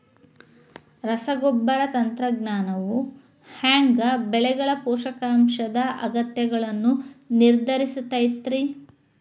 ರಸಗೊಬ್ಬರ ತಂತ್ರಜ್ಞಾನವು ಹ್ಯಾಂಗ ಬೆಳೆಗಳ ಪೋಷಕಾಂಶದ ಅಗತ್ಯಗಳನ್ನ ನಿರ್ಧರಿಸುತೈತ್ರಿ?